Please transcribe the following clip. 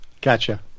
Gotcha